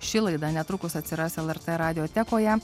ši laida netrukus atsiras lrt radiotekoje